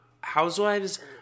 Housewives